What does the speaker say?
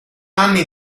anni